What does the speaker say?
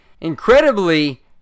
incredibly